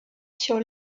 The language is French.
sur